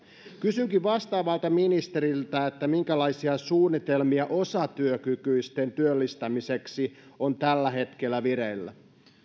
kysynkin vastaavalta ministeriltä minkälaisia suunnitelmia osatyökykyisten työllistämiseksi on tällä hetkellä vireillä